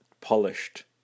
polished